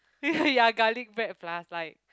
ya ya garlic bread plus like